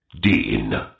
Dean